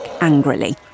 angrily